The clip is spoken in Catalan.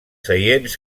seients